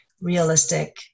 realistic